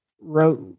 wrote